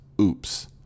oops